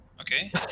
okay